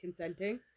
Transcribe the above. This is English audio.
consenting